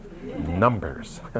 Numbers